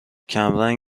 کمرنگ